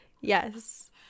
Yes